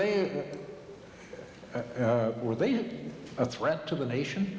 they were they were a threat to the nation